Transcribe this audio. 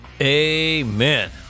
Amen